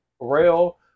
rail